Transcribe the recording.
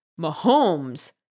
Mahomes